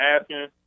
asking